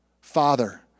father